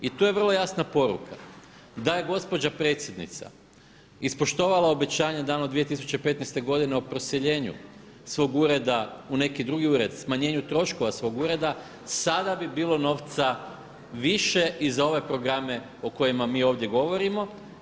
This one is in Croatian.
I tu je vrlo jasna poruka da je gospođa predsjednica ispoštovala obećanje dano 2015. godine o preseljenju svog ureda u neki drugi ured, smanjenju troškova svog ureda sada bi bilo novca više i za ove programe o kojima mi ovdje govorimo.